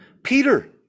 Peter